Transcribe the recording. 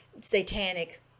satanic